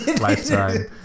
lifetime